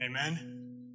Amen